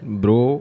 bro